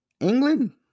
England